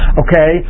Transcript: okay